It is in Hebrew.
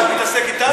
אתה מתעסק אתנו עכשיו?